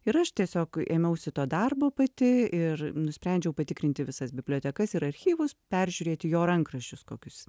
ir aš tiesiog ėmiausi to darbo pati ir nusprendžiau patikrinti visas bibliotekas ir archyvus peržiūrėti jo rankraščius kokius